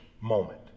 moment